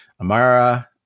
Amara